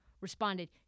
responded